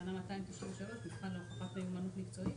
תקנה 293 מבחן להוכחת מיומנות מקצועית